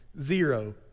Zero